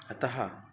अतः